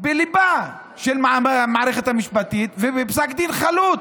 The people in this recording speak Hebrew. בליבה של המערכת המשפטית ובפסק דין חלוט.